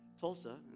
Tulsa